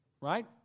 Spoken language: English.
right